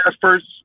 first